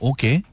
Okay